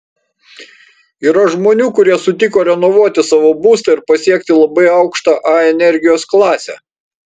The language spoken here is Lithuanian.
yra žmonių kurie sutiko renovuoti savo būstą ir pasiekti labai aukštą a energijos klasę